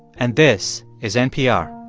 and this is npr